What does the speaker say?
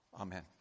Amen